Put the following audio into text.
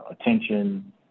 attention